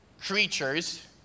creatures